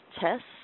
tests